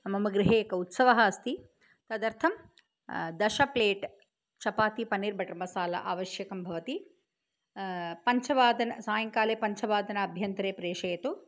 मम गृहे एकः उत्सवः अस्ति तदर्थं दशप्लेट् चपाति पन्नीर् बटर् मसाला आवश्यकं भवति पञ्चवादने सायङ्काले पञ्चवादनाभ्यन्तरे प्रेशयतु